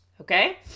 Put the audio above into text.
Okay